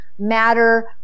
Matter